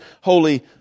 Holy